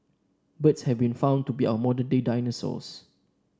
birds have been found to be our modern day dinosaurs